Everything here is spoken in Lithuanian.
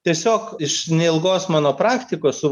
tiesiog iš neilgos mano praktikos su